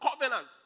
covenant